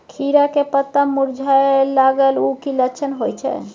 खीरा के पत्ता मुरझाय लागल उ कि लक्षण होय छै?